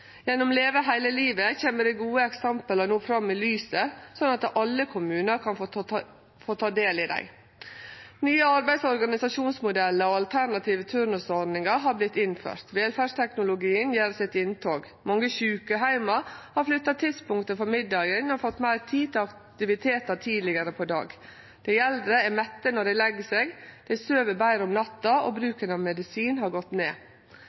Gjennom «Leve hele livet» kjem dei gode eksempla fram i lyset, slik at alle kommunar kan få ta del i dei. Nye arbeids- og organisasjonsmodellar og alternative turnusordningar har vorte innførte. Velferdsteknologien gjer sitt inntog. Mange sjukeheimar har flytta tidspunktet for middagen og fått meir tid til aktivitetar tidlegare på dagen. Dei eldre er mette når dei legg seg. Dei søv betre om natta, og bruken av medisin har gått ned.